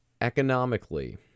economically